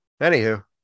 anywho